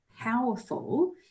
powerful